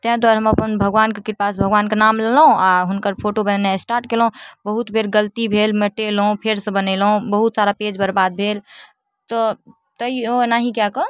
ताहि दुआरे हम अपन भगवानके कृपासँ भगवानके नाम लेलहुँ आओर हुनकर फोटो बनेनाइ स्टार्ट कएलहुँ बहुत बेर गलती भेल मेटेलहुँ फेरसँ बनेलहुँ बहुत सारा पेज बर्बाद भेल तऽ तैओ ओनाहि कऽ कऽ